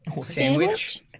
Sandwich